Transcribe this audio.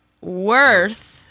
worth